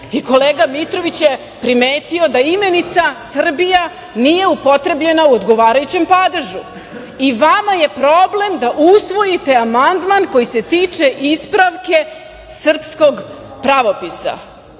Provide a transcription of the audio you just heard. i kolega Mitrović je primetio da imenica – Srbija nije upotrebljena u odgovarajućem padežu i vama je problem da usvojite amadman koji se tiče ispravke srpskog pravopisa. Zaista